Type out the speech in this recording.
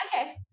okay